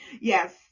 Yes